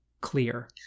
clear